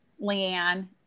Leanne